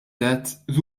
death